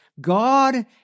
God